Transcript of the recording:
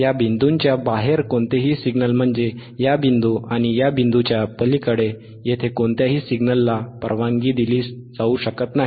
या बिंदूंच्या बाहेर कोणताही सिग्नल म्हणजे या बिंदू आणि या बिंदूच्या पलीकडे येथे कोणत्याही सिग्नलला परवानगी दिली जाऊ शकत नाही